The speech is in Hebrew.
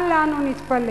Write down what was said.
אל לנו להתפלא